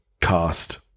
cast